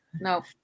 No